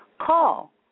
Call